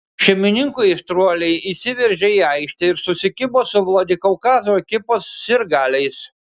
šeimininkų aistruoliai išsiveržė į aikštę ir susikibo su vladikaukazo ekipos sirgaliais